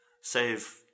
save